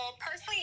personally